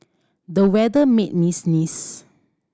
the weather made me sneeze